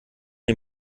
die